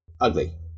ugly